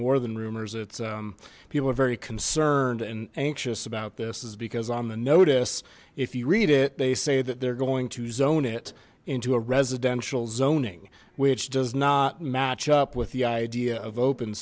more than rumors it's people are very concerned and anxious about this is because on the notice if you read it they say that they're going to zone it into a residential zoning which does not match up with the idea of open